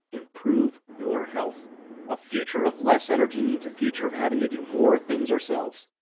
improve your health a future of less energy means a future of having to do more things ourselves.